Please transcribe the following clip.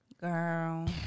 girl